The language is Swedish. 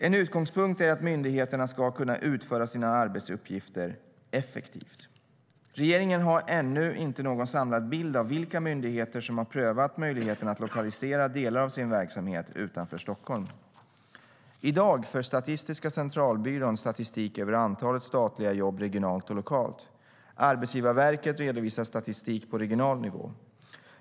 En utgångspunkt är att myndigheterna ska kunna utföra sina arbetsuppgifter effektivt. Regeringen har ännu inte någon samlad bild av vilka myndigheter som har prövat möjligheten att lokalisera delar av sin verksamhet utanför Stockholm. I dag för Statistiska centralbyrån statistik över antalet statliga jobb regionalt och lokalt. Arbetsgivarverket redovisar statistik på regional nivå.